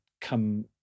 come